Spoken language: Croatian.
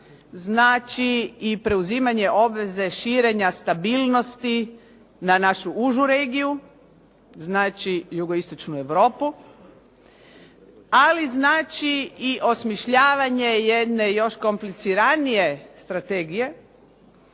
znači i preuzimanje obveze širenja stabilnosti na našu užu regiju, znači jugoistočnu Europu ali znači i osmišljavanje jedne još kompliciranije strategije